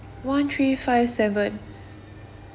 one three five seven